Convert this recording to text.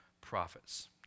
prophets